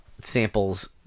samples